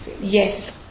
Yes